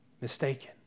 mistaken